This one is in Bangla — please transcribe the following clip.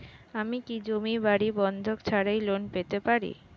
আমি কি জমি বাড়ি বন্ধক ছাড়াই লোন পেতে পারি?